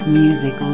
music